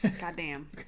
Goddamn